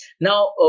now